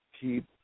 keep